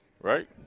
Right